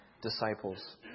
disciples